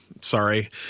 sorry